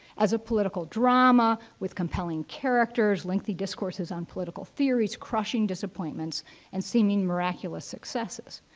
as a political drama with compelling characters, lengthy discourses on political theories, crushing disappointments and seeming miraculous successes.